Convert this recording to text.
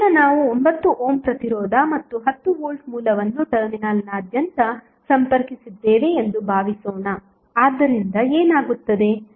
ಈಗ ನಾವು 9 ಓಮ್ ಪ್ರತಿರೋಧ ಮತ್ತು 10 ವೋಲ್ಟ್ ಮೂಲವನ್ನು ಟರ್ಮಿನಲ್ನಾದ್ಯಂತ ಸಂಪರ್ಕಿಸಿದ್ದೇವೆ ಎಂದು ಭಾವಿಸೋಣ ಆದ್ದರಿಂದ ಏನಾಗುತ್ತದೆ